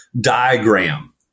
diagram